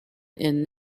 and